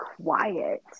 quiet